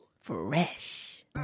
Fresh